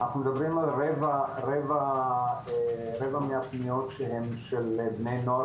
אנחנו מדברים על רבע מהפניות שהם של בני נוער